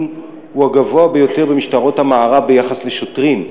הוא הגדול ביותר במשטרות המערב ביחס לשוטרים,